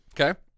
Okay